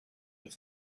with